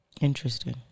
interesting